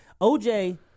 OJ